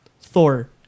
Thor